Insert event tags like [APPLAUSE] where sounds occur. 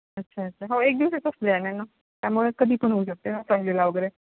अच्छा अच्छा हो एक दिवसाचाच प्लॅन आहे ना त्यामुळे कधी पण होऊ शकते [UNINTELLIGIBLE] वगैरे